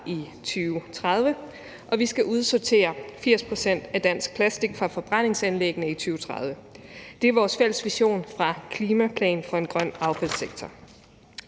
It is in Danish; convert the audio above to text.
i 2030, og vi skal udsortere 80 pct. af dansk plastik fra forbrændingsanlæggene i 2030. Det er vores fælles vision fra »Klimaplan for en grøn affaldssektor